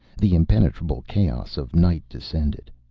the impenetrable chaos of night descended.